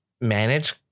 manage